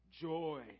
joy